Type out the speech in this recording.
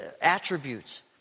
attributes